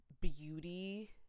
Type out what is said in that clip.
beauty